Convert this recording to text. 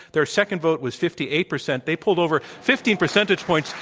their second vote was fifty eight percent. they pulled over fifteen percentage points.